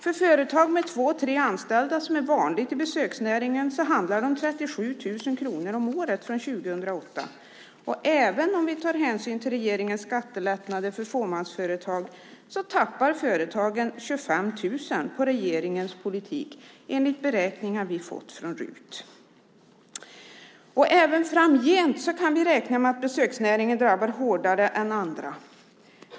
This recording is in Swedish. För företag med två tre anställda som är vanligt i besöksnäringen handlar det om 37 000 kronor om året från 2008. Även om vi tar hänsyn till regeringens skattelättnader för fåmansföretag tappar företagen 25 000 på regeringens politik, enligt beräkningar vi fått från riksdagens utredningstjänst. Även framgent kan vi räkna med att besöksnäringen drabbas hårdare än andra.